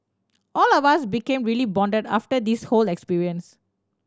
all of us became really bonded after this whole experience